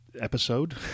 episode